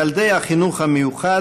ילדי החינוך המיוחד